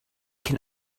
can